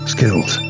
Skills